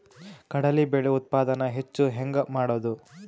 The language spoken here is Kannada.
ಕಡಲಿ ಬೇಳೆ ಉತ್ಪಾದನ ಹೆಚ್ಚು ಹೆಂಗ ಮಾಡೊದು?